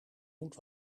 moet